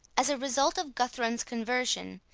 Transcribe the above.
as a result of guthrun's conversion,